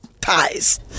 ties